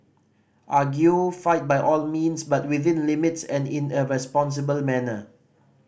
argue fight by all means but within limits and in a responsible manner